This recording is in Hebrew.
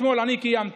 אתמול אני קיימתי,